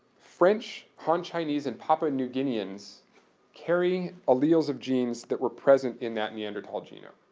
french, han-chinese and papua new guineans carry alleles of genes that were present in that neanderthal genome.